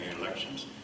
elections